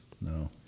no